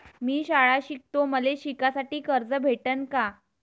मी शाळा शिकतो, मले शिकासाठी कर्ज भेटन का?